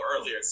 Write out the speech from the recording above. earlier